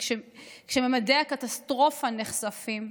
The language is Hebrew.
כשממדי הקטסטרופה נחשפים,